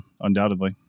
undoubtedly